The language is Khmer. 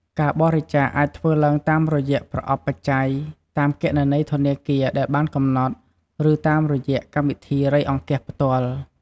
ការបរិច្ចាគអាចធ្វើឡើងតាមរយៈប្រអប់បច្ច័យ តាមគណនីធនាគារដែលបានកំណត់ ឬតាមរយៈកម្មវិធីរៃអង្គាសផ្ទាល់។